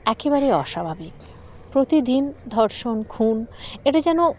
একেবারেই অস্বাভাবিক প্রতিদিন ধর্ষণ খুন এটা যেন